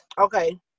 Okay